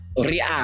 Real